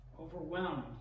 overwhelmed